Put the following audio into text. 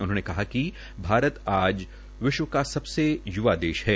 उन्होंने कहा कि भारत आज विश्व का सबसे युवा देश है